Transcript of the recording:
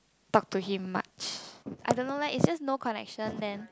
talk to him much I don't know leh it's just no connection then